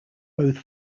both